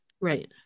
right